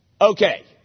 Okay